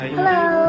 Hello